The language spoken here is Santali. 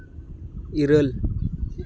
ᱤᱨᱟᱹᱞ